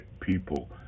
people